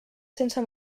sense